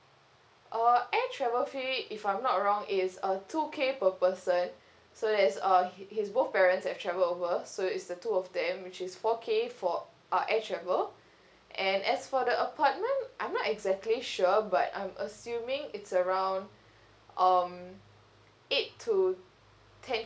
uh air travel fee if I'm not wrong it's uh two K per person so there's uh he his both parents have travelled over so it's the two of them which is four K for uh air travel and as for the apartment I'm not exactly sure but I'm assuming it's around um eight to ten